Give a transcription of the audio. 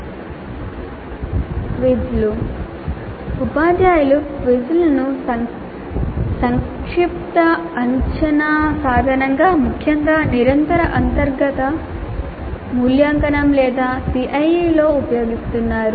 క్విజ్లు ఉపాధ్యాయులు క్విజ్లను సంక్షిప్త అంచనా సాధనంగా ముఖ్యంగా నిరంతర అంతర్గత మూల్యాంకనం లేదా CIE లో ఉపయోగిస్తున్నారు